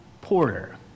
Porter